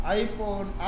iPhone